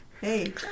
hey